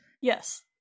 Yes